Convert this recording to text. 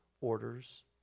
orders